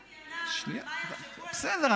בסדר,